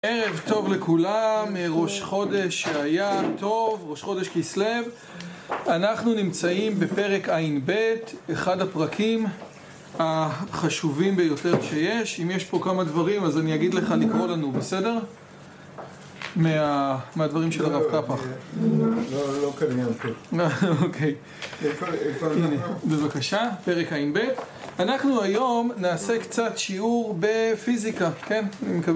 ערב טוב לכולם, ראש חודש שהיה טוב, ראש חודש כסלו, אנחנו נמצאים בפרק ע"ב, אחד הפרקים החשובים ביותר שיש, אם יש פה כמה דברים אז אני אגיד לך לקרוא לנו, בסדר? מהדברים של הרב קפאח. לא קריין טוב... בבקשה, פרק ע"ב, אנחנו היום נעשה קצת שיעור ב.. פיזיקה, כן? אני מקווה